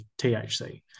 THC